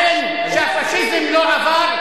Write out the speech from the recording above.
מי שטוען שהפאשיזם לא עבר,